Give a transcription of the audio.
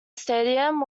stadium